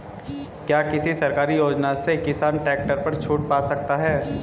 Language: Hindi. क्या किसी सरकारी योजना से किसान ट्रैक्टर पर छूट पा सकता है?